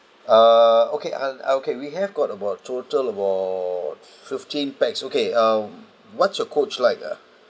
err okay uh uh okay we have got about total about fifteen pax okay um what's your coach like uh